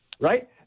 right